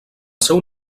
seu